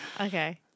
Okay